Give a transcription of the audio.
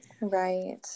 Right